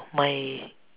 my